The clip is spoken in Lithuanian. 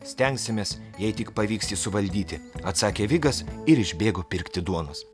stengsimės jei tik pavyks jį suvaldyti atsakė vigas ir išbėgo pirkti duonos